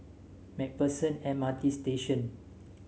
Mac Pherson M R T Station